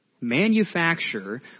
manufacture